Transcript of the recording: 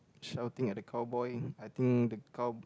shouting at the cowboy I think the cow